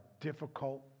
difficult